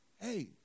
Hey